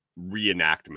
reenactment